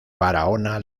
barahona